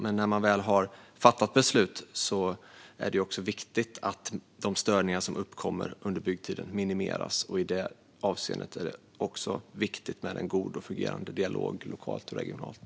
Men när man väl har fattat beslut är det också viktigt att de störningar som uppkommer under byggtiden minimeras. I det avseendet är det också viktigt med en god och fungerande dialog lokalt och regionalt.